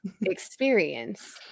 experience